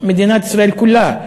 מדינת ישראל כולה.